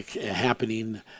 happening